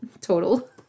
total